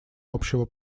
общего